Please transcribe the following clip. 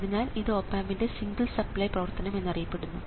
അതിനാൽ ഇത് ഓപ് ആമ്പന്റെ സിംഗിൾ സപ്ലൈ പ്രവർത്തനം എന്നറിയപ്പെടുന്നു